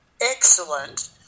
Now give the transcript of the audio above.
excellent